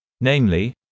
namely